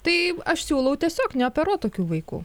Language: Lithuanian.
tai aš siūlau tiesiog neoperuot tokių vaikų